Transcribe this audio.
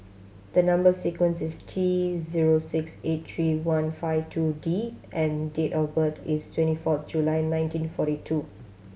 the number sequence is T zero six eight three one five two D and date of birth is twenty fourth July nineteen forty two